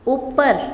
ऊपर